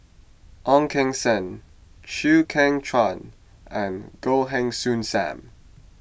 Ong Keng Sen Chew Kheng Chuan and Goh Heng Soon Sam